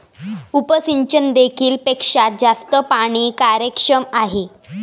उपसिंचन देखील पेक्षा जास्त पाणी कार्यक्षम आहे